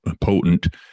potent